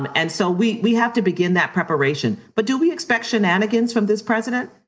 um and so we we have to begin that preparation. but do we expect shenanigans from this president?